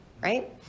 right